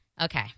Okay